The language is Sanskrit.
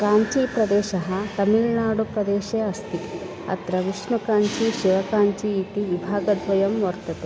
काञ्चीप्रदेशः तमिळ्नाडुप्रदेशे अस्ति अत्र विष्णुकाञ्ची शिवकाञ्ची इति विभागद्वयं वर्तते